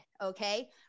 okay